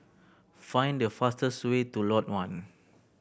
find the fastest way to Lot One